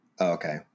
okay